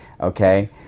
Okay